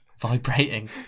vibrating